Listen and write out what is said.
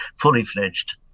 fully-fledged